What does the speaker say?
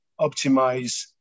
optimize